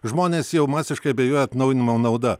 žmonės jau masiškai abejoja atnaujinimo nauda